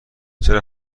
چرا